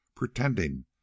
pretending